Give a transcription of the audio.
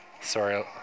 sorry